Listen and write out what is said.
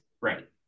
Right